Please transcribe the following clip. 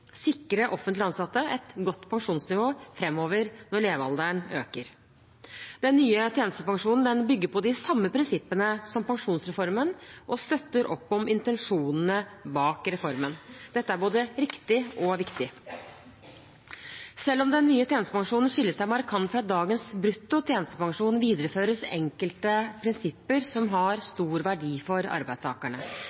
sikre offentlig ansatte et godt pensjonsnivå framover når levealderen øker. Den nye tjenestepensjonen bygger på de samme prinsippene som pensjonsreformen, og støtter opp om intensjonene bak reformen. Dette er både riktig og viktig. Selv om den nye tjenestepensjonen skiller seg markant fra dagens brutto tjenestepensjon, videreføres enkelte prinsipper som har